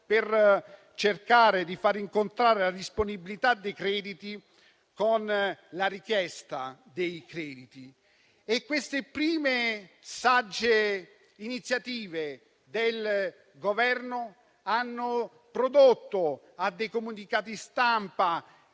per cercare di far incontrare la disponibilità dei crediti con la loro richiesta. Queste prime, sagge iniziative del Governo hanno condotto a comunicati stampa